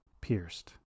pierced